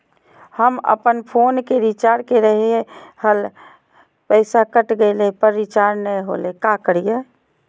हम अपन फोन के रिचार्ज के रहलिय हल, पैसा कट गेलई, पर रिचार्ज नई होलई, का करियई?